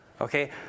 Okay